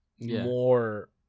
more